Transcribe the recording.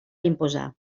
imposar